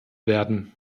werden